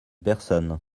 personne